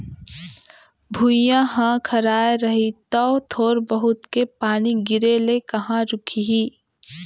भुइयॉं ह खराय रही तौ थोर बहुत के पानी गिरे ले कहॉं रूकही